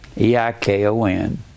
E-I-K-O-N